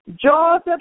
Joseph